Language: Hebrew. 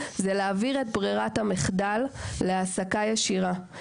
זה להעביר את ברירת המחדל להעסקה ישירה.